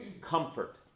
comfort